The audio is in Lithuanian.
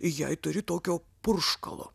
jei turi tokio purškalo